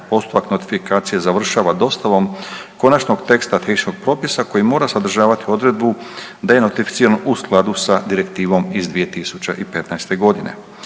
Postupak notifikacije završava dostavom konačnog teksta tehničkog propisa koji mora sadržavati odredbu da je notificiran u skladu sa Direktivom iz 2015. godine.